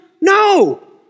No